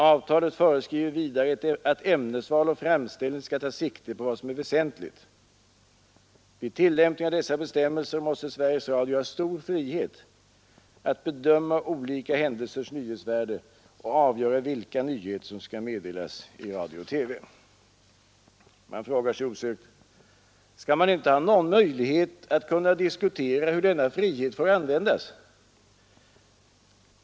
Avtalet föreskriver vidare att ämnesval och framställning skall ta sikte på vad som är väsentligt. Vid tillämpning av dessa bestämmelser måste Sveriges Radio ha stor frihet att bedöma olika händelsers nyhetsvärde och avgöra vilka nyheter, som skall meddelas i radio och TV Man frågar sig: Skall man inte ha någon möjlighet att diskutera hur denna frihet får användas?